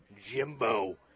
Jimbo